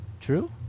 true